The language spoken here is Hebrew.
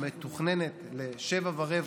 המתוכננת ל-19:15,